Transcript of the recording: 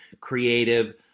creative